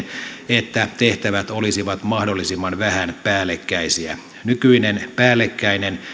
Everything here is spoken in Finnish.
että tehtävät olisivat mahdollisimman vähän päällekkäisiä nykyinen päällekkäinen